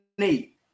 eight